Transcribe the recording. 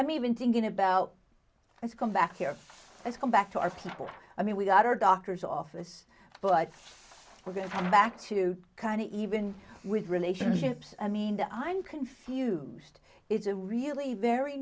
i'm even thinking about it's come back here it's come back to our people i mean we got our doctor's office but we're going back to kind of even with relationships i mean the i'm confused it's a really very